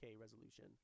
resolution